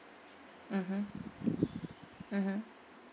mmhmm mmhmm